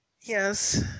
yes